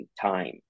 time